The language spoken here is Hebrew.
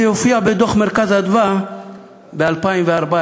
זה יופיע בדוח "מרכז אדוה" ב-2014.